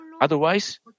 Otherwise